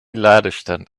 ladestand